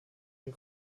und